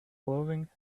clothing